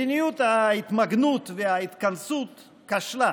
מדיניות ההתמגנות וההתכנסות כשלה,